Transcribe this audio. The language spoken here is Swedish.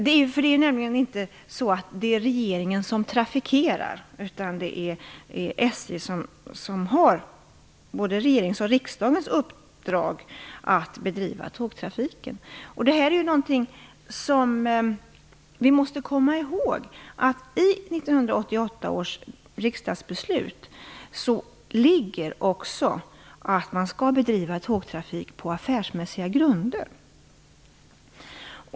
Det är inte regeringen som trafikerar, utan det är SJ som har regeringens och riksdagens uppdrag att bedriva tågtrafiken. Vi måste komma ihåg att i 1988 års riksdagsbeslut ligger också att man skall bedriva tågtrafik på affärsmässiga grunder.